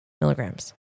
milligrams